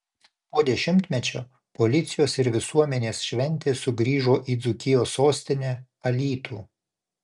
po dešimtmečio policijos ir visuomenės šventė sugrįžo į dzūkijos sostinę alytų